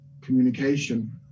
communication